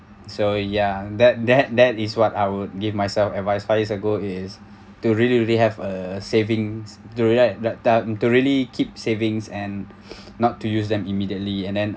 so ya that that that is what I would give myself advice five years ago is to really really have uh savings to rely ta~ to really keep savings and not to use them immediately and then